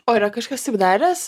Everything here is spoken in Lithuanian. o yra kažkas taip daręs